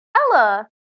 Ella